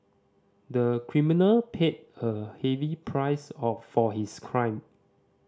the criminal paid a heavy price of for his crime